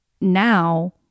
now